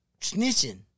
snitching